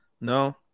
no